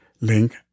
Link